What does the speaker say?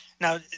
Now